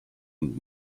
und